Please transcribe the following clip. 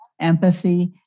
empathy